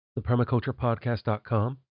ThePermaculturePodcast.com